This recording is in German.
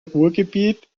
ruhrgebiet